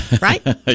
right